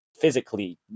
physically